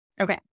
Okay